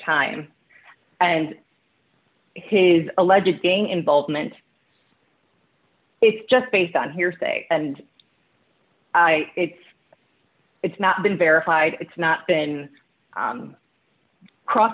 time and his alleged gang involvement is just based on hearsay and i it's it's not been verified it's not been cross